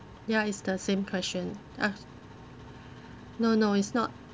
ya it's the same question ah no no it's not